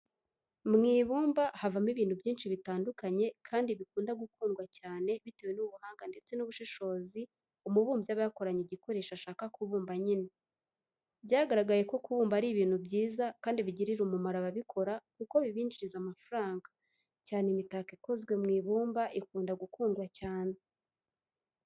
Mu ibumba havamo ibintu byinshi bitandukanye kandi bikunda gukunda cyane bitewe n'ubuhanga ndetse n'ubushishozi umubumbyi aba yakoranye igikoresho ashaka kubumba nyine. Byagaragaye ko kubumba ari ibintu byiza kandi bigirira umumaro ababikora kuko bibinjiriza amafaranga cyane imitako ikozwe mu ibumba ikunda gukundwa cyane